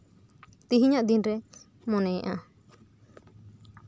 ᱛᱮᱦᱤᱧᱟᱜ ᱫᱤᱱᱨᱮ ᱢᱚᱱᱮᱭᱮᱜᱼᱟ